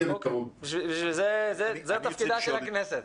זה תפקידה של הכנסת.